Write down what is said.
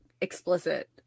explicit